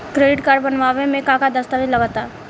Credit card बनवावे म का का दस्तावेज लगा ता?